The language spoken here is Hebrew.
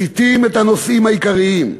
מסיטים את הנושאים העיקריים.